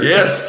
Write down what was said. Yes